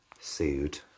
sued